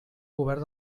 govern